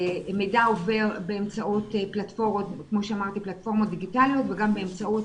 מידע עובר באמצעות פלטפורמות דיגיטליות וגם באמצעות